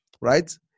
right